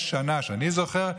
שנה שאני זוכר,